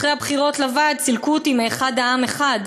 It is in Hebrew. אחרי הבחירות לוועד סילקו אותי מאחד העם 1,